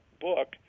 book